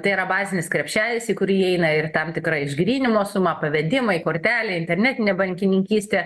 tai yra bazinis krepšelis į kurį įeina ir tam tikra išgryninimo suma pavedimai kortelė internetinė bankininkystė